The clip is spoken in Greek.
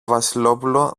βασιλόπουλο